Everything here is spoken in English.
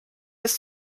his